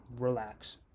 relax